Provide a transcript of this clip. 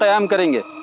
ah i'm getting